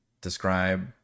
describe